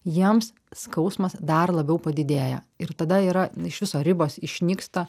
jiems skausmas dar labiau padidėja ir tada yra iš viso ribos išnyksta